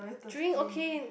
drink okay